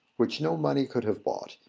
which no money could have bought.